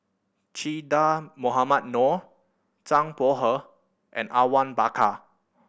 Che Dah Mohamed Noor Zhang Bohe and Awang Bakar